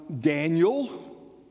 Daniel